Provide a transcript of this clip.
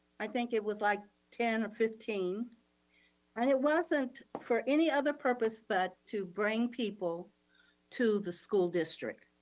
i think it was like ten or fifteen and it wasn't for any other purpose, but to bring people to the school district.